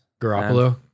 Garoppolo